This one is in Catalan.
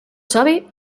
savi